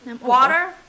water